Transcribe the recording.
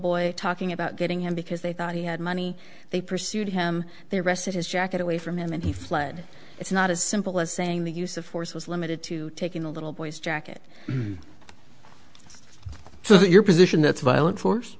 boy talking about getting him because they thought he had money they pursued him they arrested his jacket away from him and he fled it's not as simple as saying the use of force was limited to taking a little boy's jacket so that your position that's violent force